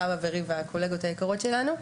זה חוה וריבה, הקולגות היקרות שלנו.